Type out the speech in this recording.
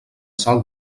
salt